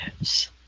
Yes